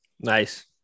Nice